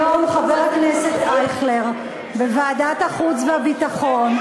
היום חבר הכנסת אייכלר בוועדת החוץ והביטחון,